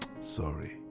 Sorry